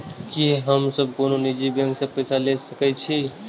की हम सब कोनो निजी बैंक से पैसा ले सके छी?